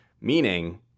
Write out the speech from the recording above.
meaning